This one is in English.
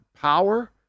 power